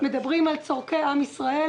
מדברים על צורכי עם ישראל.